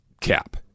Cap